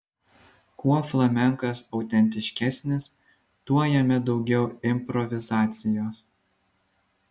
kuo flamenkas autentiškesnis tuo jame daugiau improvizacijos